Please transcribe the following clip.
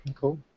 Cool